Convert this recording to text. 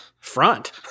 front